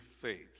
faith